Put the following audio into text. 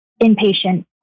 inpatient